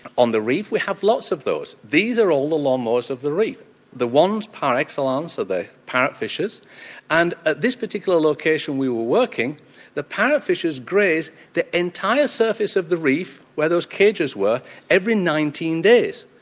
on the reef we have lots of those, these are all the lawn mowers of the reef the ones par excellence are the parrot fishes and at this particular location we were working the parrot fishes graze the entire surface of the reef where those cages were every nineteen days.